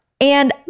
And-